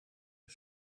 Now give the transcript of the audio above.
een